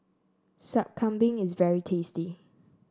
Sup Kambing is very tasty